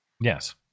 yes